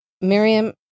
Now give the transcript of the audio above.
Miriam